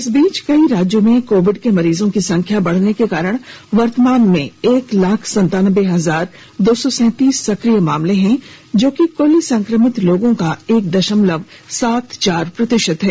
इस बीच कई राज्यों में कोविड के मरीजों की संख्या बढने के कारण वर्तमान में एक लाख संतानबे हजार दो सौ सैतीस सक्रिय मामले हैं जो कि कुल संक्रमित लोगों का एक दशमलव सात चार प्रतिशत है